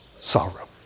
sorrow